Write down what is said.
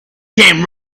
came